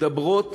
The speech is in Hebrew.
העובדות מדברות